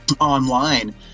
online